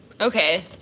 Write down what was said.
Okay